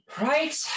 right